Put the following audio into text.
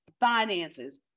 finances